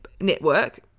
network